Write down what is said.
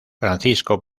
francisco